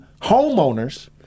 homeowners